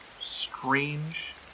strange